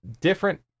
Different